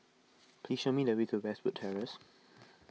please show me the way to Westwood Terrace